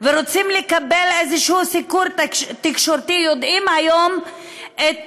ורוצים לקבל איזה סיקור תקשורתי יודעים היום את